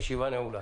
הישיבה נעולה.